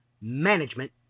management